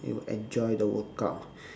and you enjoy the workout